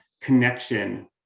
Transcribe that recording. connection